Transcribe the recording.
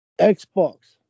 Xbox